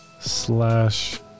slash